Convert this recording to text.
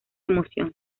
emoción